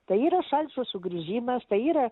tai yra šalčio sugrįžimas tai yra